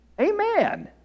Amen